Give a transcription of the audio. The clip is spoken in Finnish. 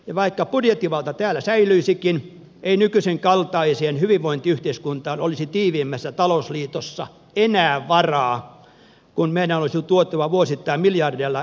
ja vaikka budjettivalta täällä säilyisikin ei nykyisen kaltaiseen hyvinvointiyhteiskuntaan olisi tiiviimmässä talousliitossa enää varaa kun meidän olisi tuettava vuosittain miljardeilla heikompia euromaita